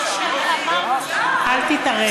אל תתערב.